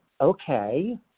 okay